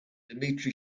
dmitry